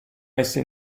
messa